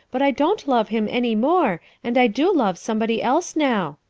but i don't love him any more and i do love somebody else now.